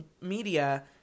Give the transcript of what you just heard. media